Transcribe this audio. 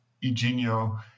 Eugenio